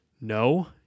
no